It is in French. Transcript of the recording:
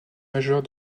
majeure